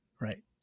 right